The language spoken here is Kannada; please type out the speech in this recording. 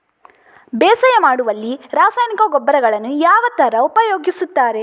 ಬೇಸಾಯ ಮಾಡುವಲ್ಲಿ ರಾಸಾಯನಿಕ ಗೊಬ್ಬರಗಳನ್ನು ಯಾವ ತರ ಉಪಯೋಗಿಸುತ್ತಾರೆ?